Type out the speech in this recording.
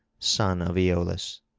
son of aeolus.